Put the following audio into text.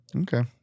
Okay